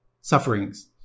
sufferings